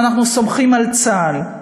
אנחנו סומכים על צה"ל.